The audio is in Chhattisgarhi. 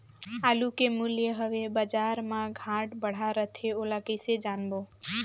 आलू के मूल्य हवे बजार मा घाट बढ़ा रथे ओला कइसे जानबो?